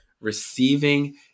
receiving